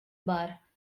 bar